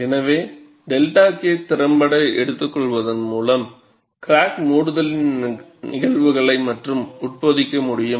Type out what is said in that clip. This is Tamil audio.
எனவே 𝜹k திறம்பட எடுத்துக்கொள்வதன் மூலம் கிராக் மூடுதலின் நிகழ்வுகளை மக்கள் உட்பொதிக்க முடியும்